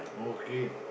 okay